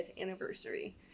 anniversary